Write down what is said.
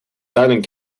salient